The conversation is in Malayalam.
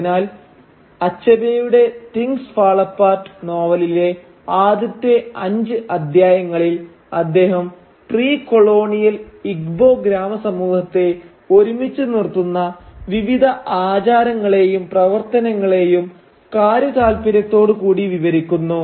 അതിനാൽ അച്ഛബേയുടെ തിങ്ങ്സ് ഫാൾ അപ്പാർട്ട് നോവലിലെ ആദ്യത്തെ അഞ്ച് അധ്യായങ്ങളിൽ അദ്ദേഹം പ്രീ കൊളോണിയൽ ഇഗ്ബോ ഗ്രാമ സമൂഹത്തെ ഒരുമിച്ചു നിർത്തുന്ന വിവിധ ആചാരങ്ങളെയും പ്രവർത്തനങ്ങളെയും കാര്യ താൽപര്യത്തോടു കൂടി വിവരിക്കുന്നു